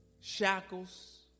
shackles